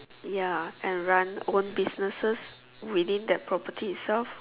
ya and run own businesses within the property itself